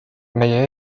meie